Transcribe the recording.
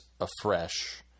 afresh